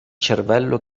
cervello